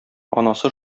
анасы